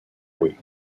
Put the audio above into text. weeks